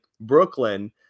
Brooklyn